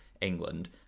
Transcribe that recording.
England